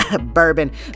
Bourbon